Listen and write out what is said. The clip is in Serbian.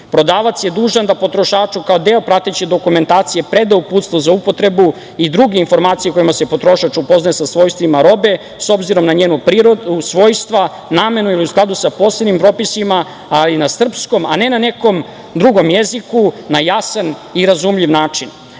je dužan da potrošaču kao deo prateće dokumentacije preda uputstvo za upotrebu i druge informacije kojima se potrošač upoznaje sa svojstvima robe, s obzirom na njena svojstva, namenu ili u skladu sa posebnim propisima, ali na srpskom, a ne na nekom drugom jeziku, na jasan i razumljiv